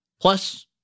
plus